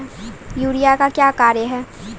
Urea का क्या कार्य हैं?